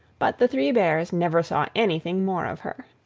but the three bears never saw anything more of her.